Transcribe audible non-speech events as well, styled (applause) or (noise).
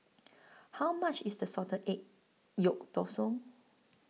How much IS The Salted Egg Yolk (unintelligible)